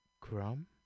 Crumb